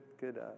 good